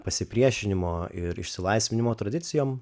pasipriešinimu ir išsilaisvinimo tradicijom